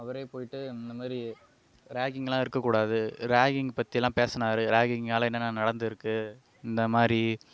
அவரே போயிட்டு இந்த மாதிரி ராகிங்லாம் இருக்கக்கூடாது ராகிங் பற்றிலாம் பேசுனார் ராகிங்கால் என்னென்னலாம் நடந்திருக்கு இந்த மாதிரி